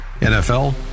NFL